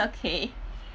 okay